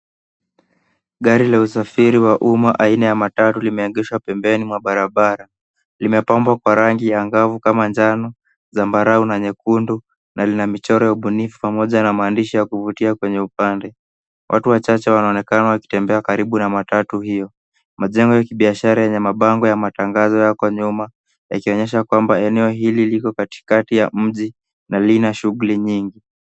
Gari la usafiri wa umma aina ya matatu limeegeshwa pembeni mwa barabara. Limepambwa kwa rangi ya angavu kama njano, zambarau na nyekundu na lina michoro ya ubunifu pamoja na maandishi ya kuvutia kwenye upande. Watu wachache wanaonekana wakitembea karibu na matatu hiyo. Majengo ya kibiashara yenye mabango ya matangazo yako nyuma, yakionyesha kuwa eneo hili liko katikati ya mji na lina shughuli nyingi.